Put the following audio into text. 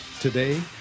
Today